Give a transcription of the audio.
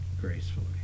gracefully